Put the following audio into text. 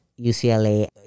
UCLA